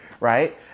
Right